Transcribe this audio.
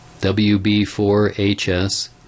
WB4HS